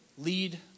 Lead